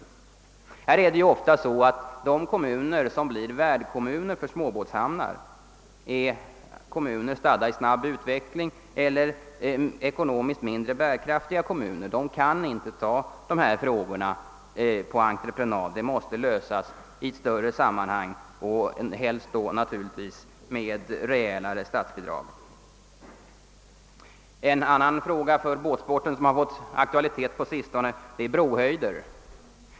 De kommuner som blir värdkommuner för småbåtshamnar är ofta stadda i snabb utveckling eller ekonomiskt mindre bärkraftiga; de kan inte ta dessa frågor på entreprenad, utan de måste lösas i ett större sammanhang och helst då naturligtvis med rejälare statsbidrag. En annan fråga för båtsporten som fått aktualitet på sistone är brohöjder.